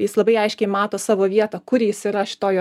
jis labai aiškiai mato savo vietą kur jis yra šitoj